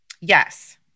Yes